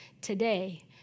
today